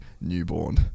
newborn